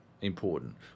important